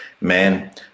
man